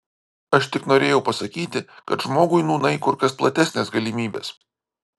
aš tik norėjau pasakyti kad žmogui nūnai kur kas platesnės galimybės